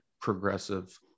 progressive